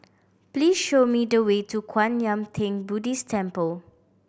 please show me the way to Kwan Yam Theng Buddhist Temple